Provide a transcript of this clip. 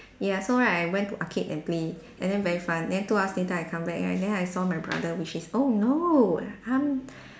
ya so right I went to arcade and play and then very fun then two hours later I come back right then I saw my brother which is oh no I'm